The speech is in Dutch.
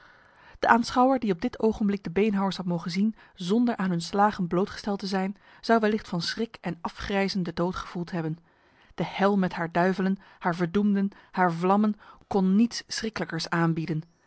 de aanschouwer die op dit ogenblik de beenhouwers had mogen zien zonder aan hun slagen blootgesteld te zijn zou wellicht van schrik en afgrijzen de dood gevoeld hebben de hel met haar duivelen haar verdoemden haar vlammen kon niets schriklijkers aanbieden